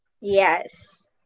Yes